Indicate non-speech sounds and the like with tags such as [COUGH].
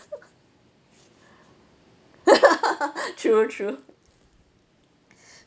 [LAUGHS] true true